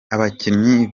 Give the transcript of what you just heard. abakinnyi